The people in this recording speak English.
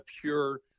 pure